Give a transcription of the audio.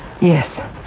Yes